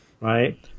right